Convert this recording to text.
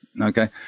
Okay